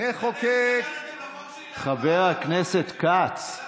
בכל דיון של העלאת מס חזרנו